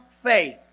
faith